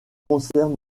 concerne